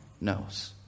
knows